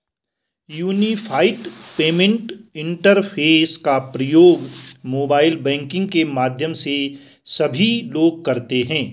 unified payment interface का प्रयोग mobile banking के माध्यम से सभी लोग करते हैं